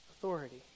authority